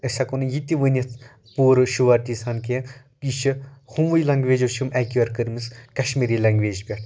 أسۍ ہیٚکو نہٕ یہِ تہِ ؤنِتھ پورٕ شُوَرٹی سان کہِ یہِ چھِ ہُموُے لنٛگویجو چھ یِم ایٚکۄیر کٔرۍ مٕتۍ کشمیٖری لنٛگویج پٮ۪ٹھ